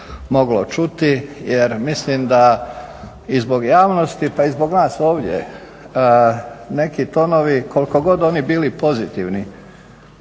moglo čuti jer mislim da i zbog javnosti pa i zbog nas ovdje neki tonovi, koliko god oni bili pozitivni